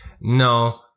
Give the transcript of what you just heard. No